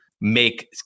make